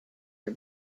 are